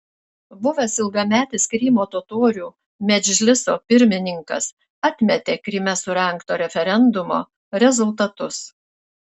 buvęs ilgametis krymo totorių medžliso pirmininkas atmetė kryme surengto referendumo rezultatus